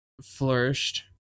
flourished